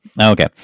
Okay